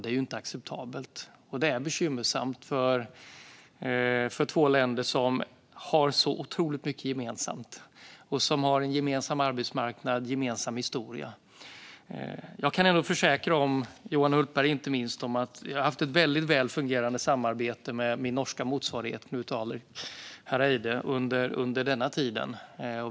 Det är inte acceptabelt. Detta är bekymmersamt för två länder som har så otroligt mycket gemensamt och som har en gemensam arbetsmarknad och en gemensam historia. Jag kan försäkra inte minst Johan Hultberg om att jag har haft ett väl fungerande samarbete med min norska motsvarighet Knut Arild Hareide under denna tid.